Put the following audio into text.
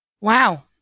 Wow